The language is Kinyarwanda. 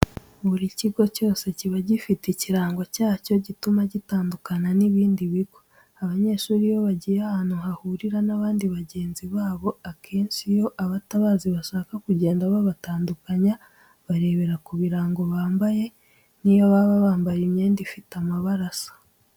Buri kigo cyose kiba gifite ikirango cyacyo gituma gitandukana n'ibindi bigo. Abanyeshuri iyo bagiye ahantu bahurira n'abandi bagenzi babo akenshi iyo abatabazi bashaka kugenda babatandukanya, barebera ku birango bambaye n'iyo baba bamabaye imyenda ifite amabara asa.